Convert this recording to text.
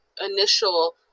initial